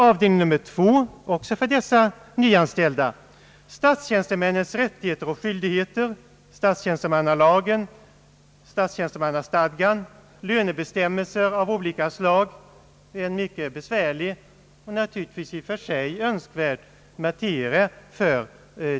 Avdelning nummer två — även den avsedd för de nyanställda — omfattar statstjänstemännens «rättigheter och skyldigheter, statstjänstemannalagen, statstjänstemannastadgan och lönebestämmelser av olika slag, alltså en mycket besvärlig men i och för sig önskvärd materia.